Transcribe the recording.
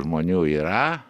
žmonių yra